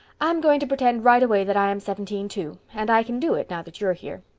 i'm going to pretend right away that i am seventeen too, and i can do it, now that you're here.